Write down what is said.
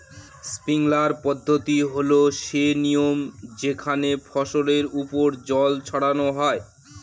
sprinkler পদ্ধতি হল সে নিয়ম যেখানে ফসলের ওপর জল ছড়ানো হয়